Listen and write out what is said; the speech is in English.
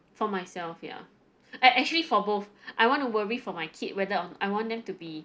for myself ya actually for both I want to worry for my kid whether uh I want them to be